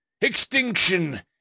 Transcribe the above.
Extinction